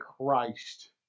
Christ